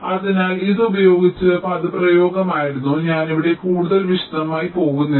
അതിനാൽ ഇത് ഉപയോഗിച്ച പദപ്രയോഗമായിരുന്നു ഞാൻ ഇവിടെ കൂടുതൽ വിശദമായി പോകുന്നില്ല